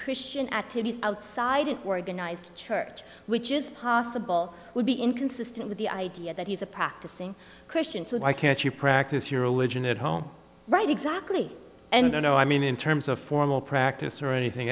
christian activities outside an organized church which is possible would be inconsistent with the idea that he's a practicing christian so i can't you practice your religion at home right exactly and i mean in terms of formal practice or anything